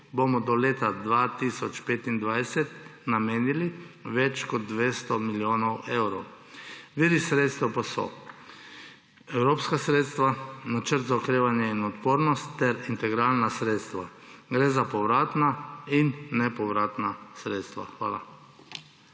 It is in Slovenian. bomo do leta 2025 namenili več kot 200 milijonov evrov. Viri sredstev pa so: evropska sredstva, Načrt za okrevanje in odpornost ter integralna sredstva. Gre za povratna in nepovratna sredstva. Hvala.